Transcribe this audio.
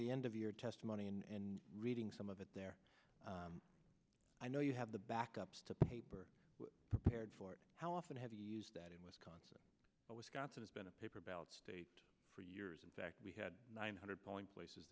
the end of your testimony and reading some of it there i know you have the backups to paper prepared for how often have you used that in wisconsin wisconsin it's been a paper ballot state for years in fact we had nine hundred polling places